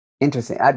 interesting